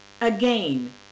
Again